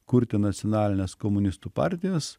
kurti nacionalines komunistų partijas